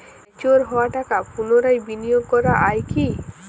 Mature হওয়া টাকা পুনরায় বিনিয়োগ করা য়ায় কি?